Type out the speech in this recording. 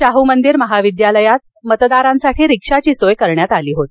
शाह मंदिर महाविद्यालयात मतदारांसाठी रिक्षाची सोय करण्यात आली होती